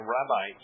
Rabbi